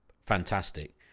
Fantastic